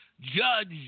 judge